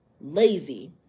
Lazy